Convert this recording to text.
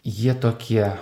jie tokie